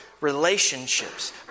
relationships